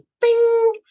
bing